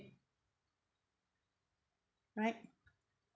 right